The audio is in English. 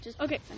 Okay